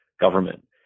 government